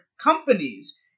companies